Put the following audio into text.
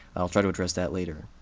i'll try to address that later.